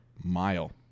mile